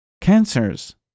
cancers